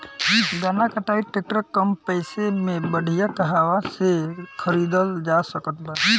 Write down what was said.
गन्ना कटाई ट्रैक्टर कम पैसे में बढ़िया कहवा से खरिदल जा सकत बा?